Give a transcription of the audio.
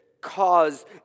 cause